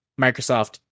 Microsoft